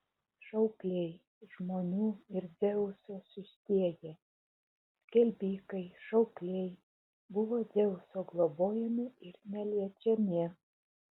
šaukliai žmonių ir dzeuso siųstieji skelbikai šaukliai buvo dzeuso globojami ir neliečiami